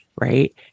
Right